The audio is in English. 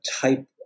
type